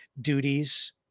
duties